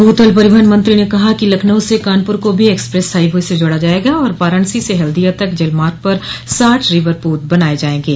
भूतल परिवहन मंत्री ने कहा कि लखनऊ से कानपुर को भी एक्सप्रेस हाईवे से जोड़ा जायेगा और वाराणसी से हल्दिया तक जलमार्ग पर साठ रीवर पोत बनाये जायेंगे